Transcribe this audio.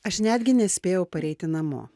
aš netgi nespėjau pareiti namo